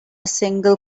single